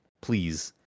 please